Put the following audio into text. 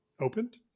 opened